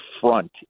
front